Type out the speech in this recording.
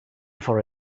for